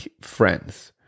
friends